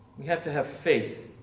we have to have faith.